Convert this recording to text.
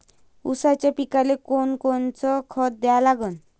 ऊसाच्या पिकाले कोनकोनचं खत द्या लागन?